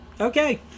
okay